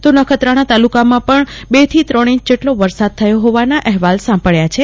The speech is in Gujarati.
તો નખત્રાણા તલ્લાકામાં પણ બેથી ત્રણ ઈંચ જેટલો વરસાદ થયો હોવાના અહેવાલ સાંપડ્યા છે